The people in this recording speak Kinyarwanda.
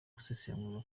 gusesengura